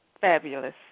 Fabulous